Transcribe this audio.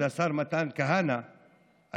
מתן כהנא,